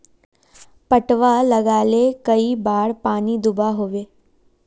पटवा लगाले कई बार पानी दुबा होबे?